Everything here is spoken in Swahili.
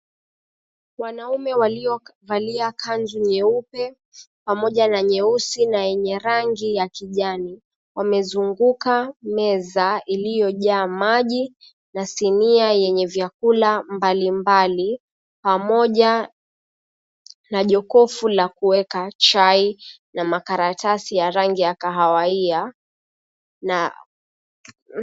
Wanaume waliovalia kanzu nyeupe pamoja na nyeusi na yenye rangi ya kijani wamezunguka meza iliyojaa maji na sinia yenye vyakula mbalimbali, pamoja na jokofu la kuweka chai na makaratasi ya rangi ya kahawia.